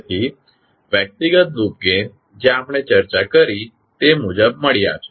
તેથી વ્યક્તિગત loop gain જે આપણે ચર્ચા કરી તે મુજબ મળ્યા છે